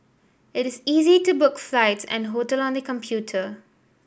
it is easy to book flights and hotel on the computer